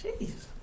jeez